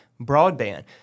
broadband